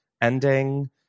ending